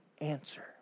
answer